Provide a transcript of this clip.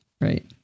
Right